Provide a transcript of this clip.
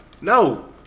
No